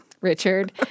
Richard